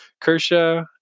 Kershaw